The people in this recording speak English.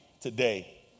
today